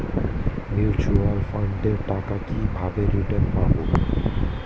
Mutual ফান্ডের টাকা কিভাবে রিটার্ন পাব?